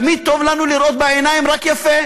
תמיד טוב לנו לראות בעיניים רק יפה,